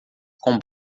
com